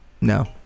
No